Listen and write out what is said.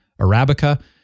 Arabica